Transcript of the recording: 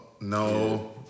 No